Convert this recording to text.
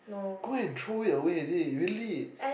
go and throw it away already really